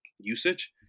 usage